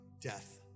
death